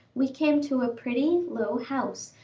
we came to a pretty, low house,